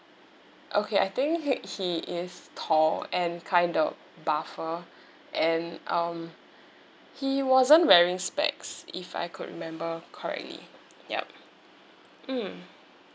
okay I think he he it has tall and kind of buffer and um he wasn't wearing specs if I could remember correctly yup mm